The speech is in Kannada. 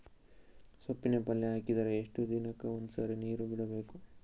ಸೊಪ್ಪಿನ ಪಲ್ಯ ಹಾಕಿದರ ಎಷ್ಟು ದಿನಕ್ಕ ಒಂದ್ಸರಿ ನೀರು ಬಿಡಬೇಕು?